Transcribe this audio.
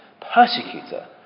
persecutor